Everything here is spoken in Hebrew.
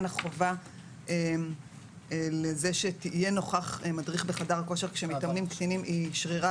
החובה לזה שיהיה נוכח מדריך בחדר הכושר כשמתאמנים קטינים היא שרירה